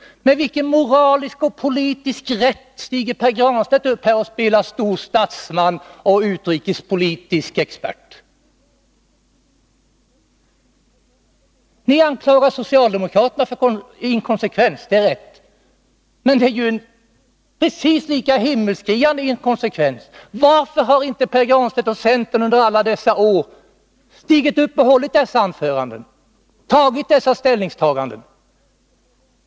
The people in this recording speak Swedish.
Med vilken moralisk och politisk rätt stiger Pär Granstedt upp och spelar stor statsman och utrikespolitisk expert? Ni anklagar socialdemokraterna för inkonsekvens — det är rätt. Men ni är ju själva precis lika himmelsskriande inkonsekventa! Varför har inte Pär Granstedt och centern under alla dessa år gjort dessa ställningstaganden och talat för dem?